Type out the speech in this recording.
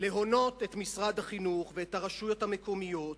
להונות את משרד החינוך ואת הרשויות המקומיות